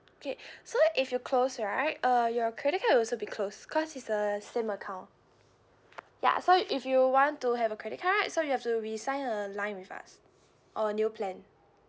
okay so if you close right uh your credit card will also be closed because it's the same account ya so if you want to have a credit card so you have to resign a line with us or new plan